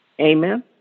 Amen